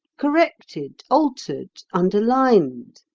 corrected, altered, underlined.